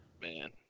Man